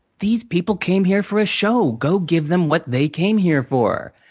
these people came here for a show. go give them what they came here for!